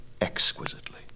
exquisitely